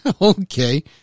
Okay